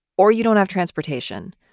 or you don't have transportation,